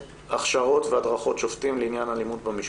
והכשרות והדרכות שופטים לעניין אלימות במשפחה.